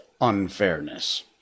unfairness